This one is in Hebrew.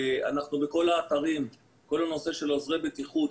הנושא של עוזרי בטיחות,